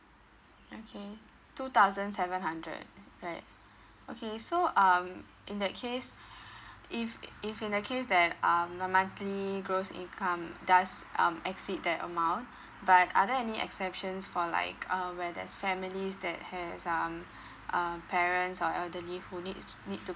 okay two thousand seven hundred right okay so um in that case if if in the case that um my monthly gross income does um exceed that amount but other any exceptions for like um where there's families that has um um parents or elderly who need need to